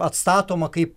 atstatoma kaip